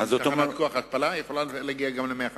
תחנת כוח להתפלה יכולה להגיע גם ל-150 מיליון.